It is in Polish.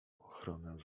ochronę